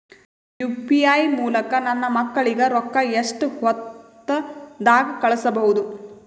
UPI ಮೂಲಕ ನನ್ನ ಮಕ್ಕಳಿಗ ರೊಕ್ಕ ಎಷ್ಟ ಹೊತ್ತದಾಗ ಕಳಸಬಹುದು?